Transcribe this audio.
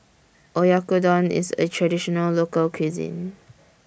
Oyakodon IS A Traditional Local Cuisine